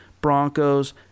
Broncos